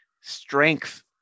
strength